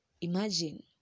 Imagine